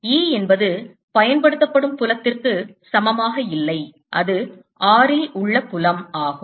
E என்பது பயன்படுத்தப்படும் புலத்திற்கு சமமாக இல்லை அது r ல் உள்ள புலம் ஆகும்